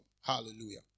Hallelujah